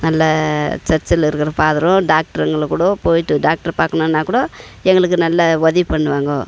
நல்ல சர்ச்சில் இருக்கிற ஃபாதரும் டாக்டருங்களும் கூட போயிட்டு டாக்டரை பார்க்கணுன்னா கூட எங்களுக்கு நல்ல உதவி பண்ணுவாங்கோ